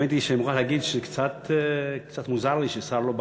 אני מוכרח להגיד שקצת מוזר לי שלא בא